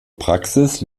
praxis